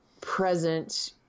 present